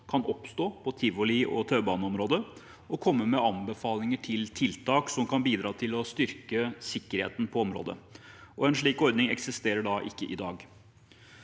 kan oppstå på tivoliog taubaneområdet, og komme med anbefalinger om tiltak som kan bidra til å styrke sikkerheten på området. En slik ordning eksisterer ikke i dag.